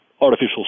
artificial